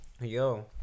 yo